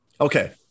Okay